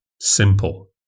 simple